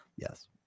yes